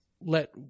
let